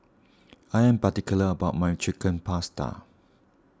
I am particular about my Chicken Pasta